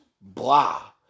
blah